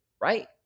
right